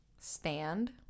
Stand